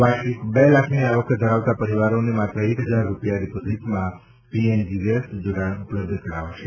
વાર્ષિક બે લાખની આવક ધરાવતાં પરિવારોને માત્ર એક હજાર રૂપિયા ડિપોઝિટમાં પીએનજી ગેસ જોડાણ ઉપલબ્ધ કરાશે